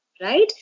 right